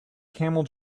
camel